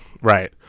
Right